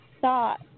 thought